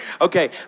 Okay